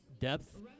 depth